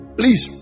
please